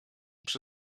przy